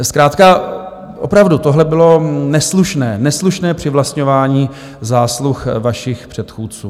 Zkrátka opravdu tohle bylo neslušné, neslušné přivlastňování zásluh vašich předchůdců.